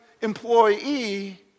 employee